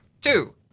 two